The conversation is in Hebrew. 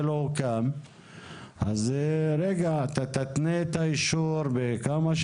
אני מקווה שתרמנו באמצעות הדיון הזה להרחבת